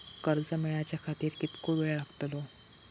कर्ज मेलाच्या खातिर कीतको वेळ लागतलो?